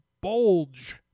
bulge